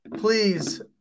Please